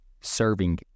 serving